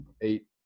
eight